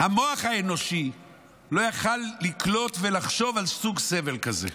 המוח האנושי לא יכול לקלוט ולחשוב על סוג סבל כזה.